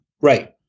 Right